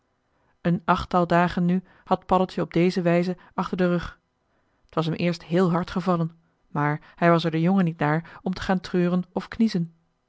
een achttal dagen nu had paddeltje op deze wijze achter den rug t was hem eerst heel hard gevallen maar hij was er de jongen niet naar om te gaan treuren of kniezen